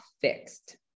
fixed